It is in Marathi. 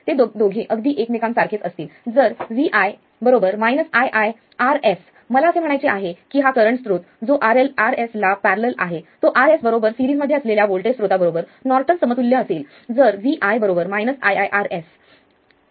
ते दोघे अगदी एकमेकां सारखेच असतील जर Vi iiRs मला असे म्हणायचे आहे की हा करंट स्त्रोत जो Rs ला पॅरलल आहे तो Rs बरोबर सेरीज मध्ये असलेल्या वोल्टेज स्रोता बरोबर नोर्टन समतुल्य असेल जर Vi iiRs